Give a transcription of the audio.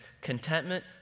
contentment